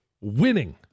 winning